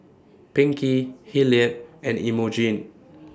Pinkie Hilliard and Imogene